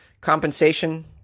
Compensation